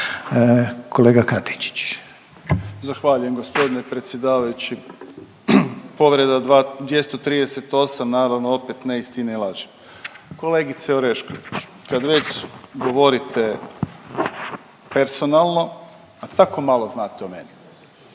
Krunoslav (HDZ)** Zahvaljujem g. predsjedavajući. Povreda 238., naravno opet neistine i laži. Kolegice Orešković, kad već govorite personalno, a tako malo znate o meni,